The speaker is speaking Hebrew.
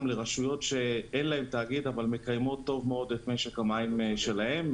לרשויות שאין להן תאגיד אבל הן מקיימות טוב מאוד את משק המים שלהן.